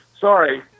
Sorry